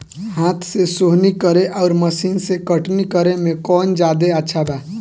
हाथ से सोहनी करे आउर मशीन से कटनी करे मे कौन जादे अच्छा बा?